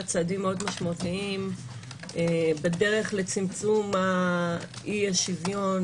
צעדים מאוד משמעותיים בדרך לצמצום אי השוויון,